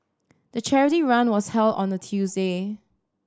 the charity run was held on a Tuesday